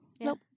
nope